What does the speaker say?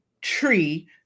tree